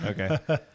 Okay